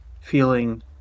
feeling